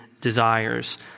desires